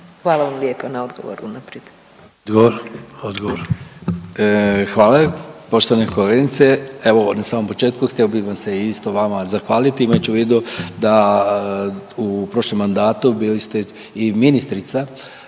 Hvala vam lijepa na odgovoru unaprijed.